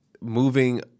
moving